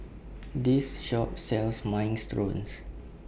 This Shop sells Minestrones